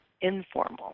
informal